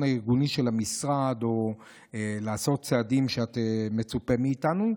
הארגוני של המשרד או לעשות צעדים שמצופים מאיתנו,